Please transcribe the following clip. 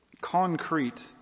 concrete